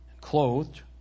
clothed